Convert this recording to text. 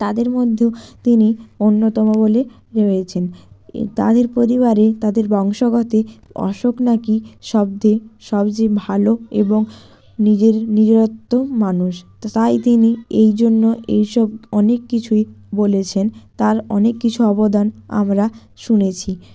তাদের মধ্যে তিনি অন্যতম বলে ভেবেছেন তাদের পরিবারে তাদের বংশগতে অশোক নাকি সবথেকে সবচেয়ে ভালো এবং নিজের নিজেরত্য মানুষ তো তাই তিনি এই জন্য এই সব অনেক কিছুই বলেছেন তার অনেক কিছু অবদান আমরা শুনেছি